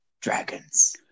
Dragons